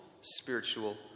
spiritual